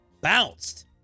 bounced